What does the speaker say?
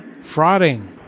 Frauding